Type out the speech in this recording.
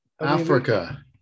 Africa